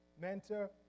mentor